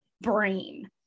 brain